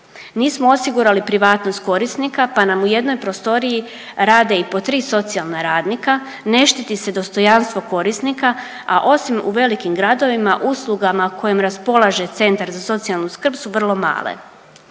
Nismo osigurali privatnost korisnika pa nam u jednoj prostoriji rade i po tri socijalna radnika, ne štiti se dostojanstvo korisnika, a osim u velikim gradovima, uslugama kojim raspolaže Centar za socijalnu skrb su vrlo male.